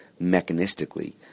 mechanistically